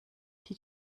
die